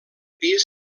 pis